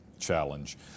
challenge